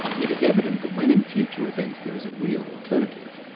it is evident that when in future events there is a real alternative,